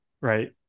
right